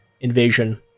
invasion